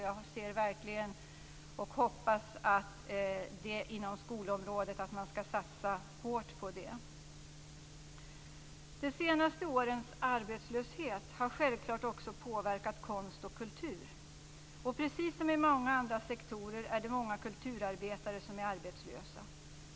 Jag hoppas verkligen att man inom skolområdet satsar hårt på det. De senaste årens arbetslöshet har självfallet också påverkat konst och kultur, och precis som i många andra sektorer är det många kulturarbetare som är arbetslösa.